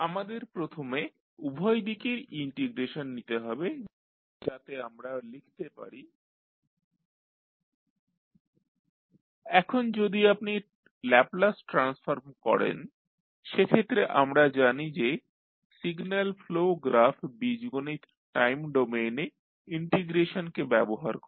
আমাদের প্রথমে উভয় দিকেই ইন্টিগ্রেশন নিতে হবে যাতে আমরা লিখতে পারি x1tt0tx2dτx1 এখন যদি আপনি ল্যাপলাস ট্রান্সফর্ম করেন সে ক্ষেত্রে আমরা জানি যে সিগন্যাল ফ্লো গ্রাফ বীজগণিত টাইম ডোমেইনে ইন্টিগ্রেশন কে ব্যবহার করে